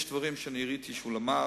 יש דברים שאני ראיתי שהוא למד,